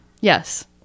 Yes